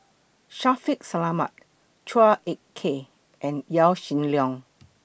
Shaffiq Selamat Chua Ek Kay and Yaw Shin Leong